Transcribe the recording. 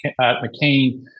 McCain